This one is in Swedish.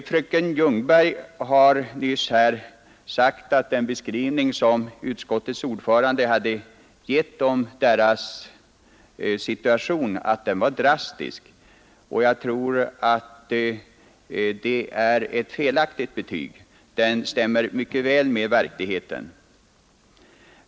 Fröken Ljungberg har nyss sagt att den beskrivning som utskottets ordförande gav av denna grupps situation var drastisk. Jag tror att det är ett felaktigt betyg hon ger. Den situationen stämmer mycket väl med verkligheten.